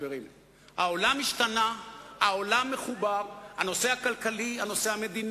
החברים שיושבים פה ומקדישים מזמנם אינם יודעים את תוצאת המשחק.